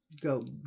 go